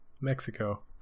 Mexico